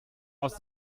aus